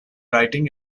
writing